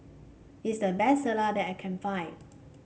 this the best Salsa that I can find